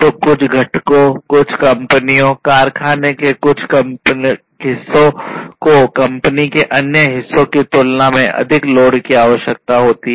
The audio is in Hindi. तो कुछ घटकों कुछ कंपनियों कारखाने के कुछ हिस्सों को कंपनी के अन्य हिस्सों की तुलना में अधिक लोड की आवश्यकता होगी